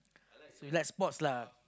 you like sports lah